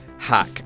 Hack